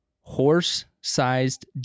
horse-sized